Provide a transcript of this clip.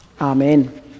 Amen